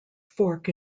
fork